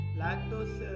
lactose